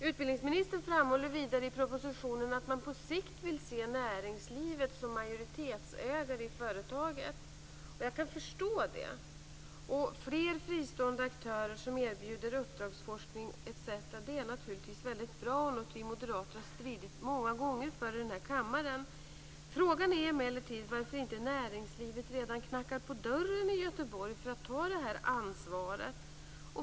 Utbildningsministern framhåller vidare i propositionen att man på sikt vill se näringslivet som majoritetsägare i företaget. Jag kan förstå det. Fler fristående aktörer som erbjuder uppdragsforskning etc. är naturligtvis väldigt bra. Det är något som vi moderater har stridit många gånger för i den här kammaren. Frågan är emellertid varför inte näringslivet redan knackat på dörren i Göteborg för att ta det här ansvaret.